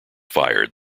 fired